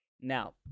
now